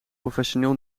professioneel